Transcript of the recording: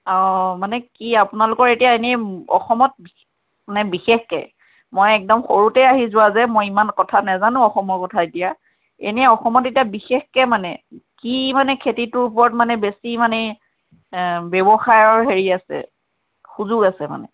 অ মানে কি আপোনালোকৰ এতিয়া ইনে অসমত মানে বিশেষকৈ মই একদম সৰুতেই আহি যোৱা যে মই ইমান কথা নাজানো অসমৰ কথা এতিয়া এনে অসমত এতিয়া বিশেষকৈ মানে কি মানে খেতিটোৰ ওপৰত মানে বেছি মানে ব্যৱসায়ৰ হেৰি আছে সুযোগ আছে মানে